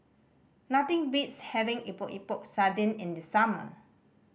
nothing beats having Epok Epok Sardin in the summer